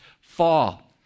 fall